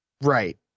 Right